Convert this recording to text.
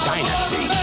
Dynasty